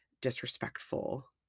disrespectful